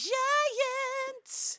giants